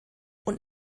und